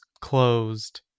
closed